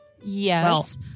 Yes